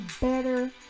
better